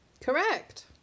Correct